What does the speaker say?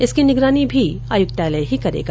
इसकी निगरानी भी आयुक्तालय ही करेगा